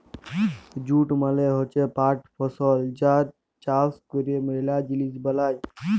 jute মালে হচ্যে পাট ফসল যার চাষ ক্যরে ম্যালা জিলিস বালাই